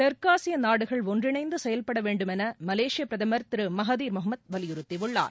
தெற்காசிய நாடுகள் ஒன்றிணைந்து செயல்பட வேண்டும் என மலேசிய பிரதமர் திரு மகதீர் மொஹம்மத் வலியுறுத்தியுள்ளார்